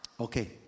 Okay